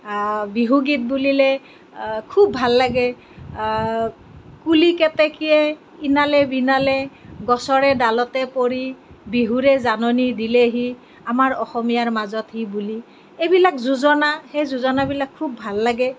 বিহু গীত বুলিলে খুব ভাল লাগে কুলি কেতেকীয়ে ইনালে বিনালে গছৰে ডালতে পৰি বিহুৰে জাননী দিলেহি আমাৰ অসমীয়াৰ মাজতহি বুলি এইবিলাক যোজনা সেই যোজনাবিলাক খুব ভাল লাগে